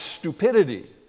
stupidity